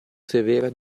severa